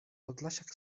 podlasiak